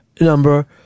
number